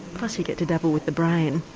plus you get to dabble with the brain.